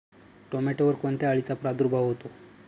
टोमॅटोवर कोणत्या अळीचा प्रादुर्भाव होतो?